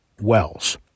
wells